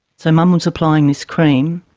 so mum was applying this cream,